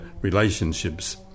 relationships